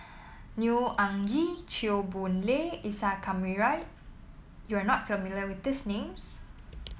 Neo Anngee Chew Boon Lay Isa Kamari You are not familiar with these names